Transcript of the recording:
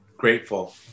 Grateful